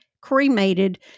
cremated